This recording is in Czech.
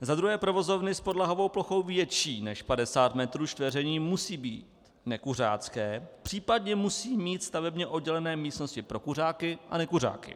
Za druhé, provozovny s podlahovou plochou větší než 50 metrů čtverečních musí být nekuřácké, případně musí mít stavebně oddělené místnosti pro kuřáky a nekuřáky.